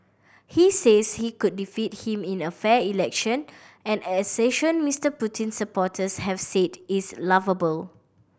he says he could defeat him in a fair election an assertion Mister Putin's supporters have said is laughable